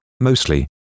mostly